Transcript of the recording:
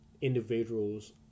individuals